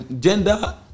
gender